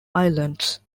islands